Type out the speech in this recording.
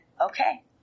okay